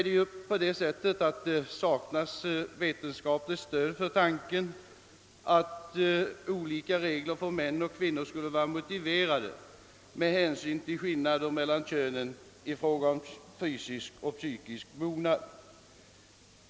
Det saknas emellertid vetenskapligt stöd för tanken att olika regler för män och kvinnor skulle vara motiverade med hänsyn till skillnader mellan könen i fråga om fysisk och psykisk mognad.